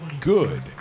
good